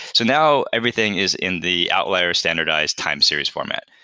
so now everything is in the outlier standardized time series format.